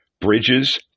bridges